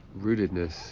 rootedness